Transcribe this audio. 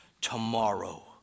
Tomorrow